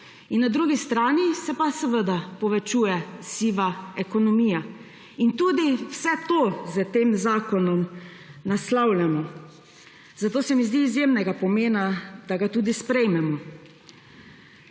in na drugi strani se pa povečuje siva ekonomija. Vse to s tem zakonom naslavljamo. Zato se mi zdi izjemnega pomena, da ga tudi sprejmemo.